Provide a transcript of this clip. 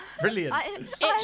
brilliant